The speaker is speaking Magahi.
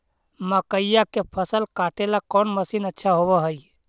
मकइया के फसल काटेला कौन मशीन अच्छा होव हई?